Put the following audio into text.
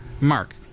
Mark